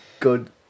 Good